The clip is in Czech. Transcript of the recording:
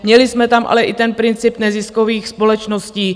Měli jsme tam ale i ten princip neziskových společností.